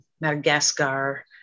Madagascar